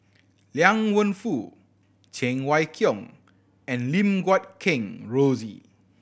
Liang Wenfu Cheng Wai Keung and Lim Guat Kheng Rosie